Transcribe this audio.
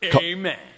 Amen